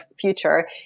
future